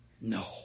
no